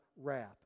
wrath